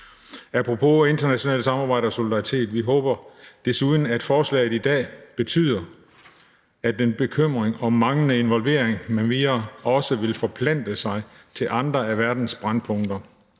Apropos internationalt samarbejde og solidaritet håber vi desuden, at forslaget i dag betyder, at bekymringen om manglende involvering m.m. også vil forplante sig til andre af verdens brændpunkter,